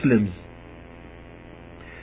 Muslims